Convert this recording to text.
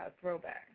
throwback